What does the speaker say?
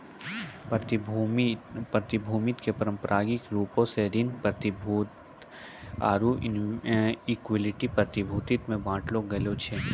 प्रतिभूति के पारंपरिक रूपो से ऋण प्रतिभूति आरु इक्विटी प्रतिभूति मे बांटलो गेलो छै